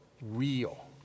real